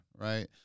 right